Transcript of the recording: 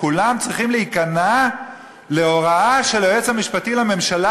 כולם צריכים להיכנע להוראה של היועץ המשפטי לממשלה,